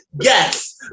Yes